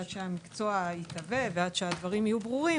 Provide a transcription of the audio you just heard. עד שהמקצוע יתהווה ועד שהדברים יהיו ברורים,